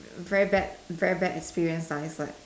very bad very bad experience ah it's like